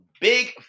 Big